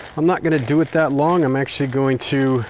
i'm not going to do it that long. i'm actually going to